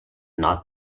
not